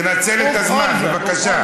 תנצל את הזמן, בבקשה.